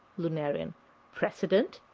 lunarian precedent.